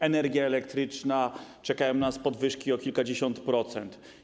Energia elektryczna - czekają nas podwyżki o kilkadziesiąt procent.